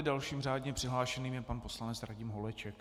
Dalším řádně přihlášeným je pan poslanec Radim Holeček.